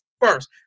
first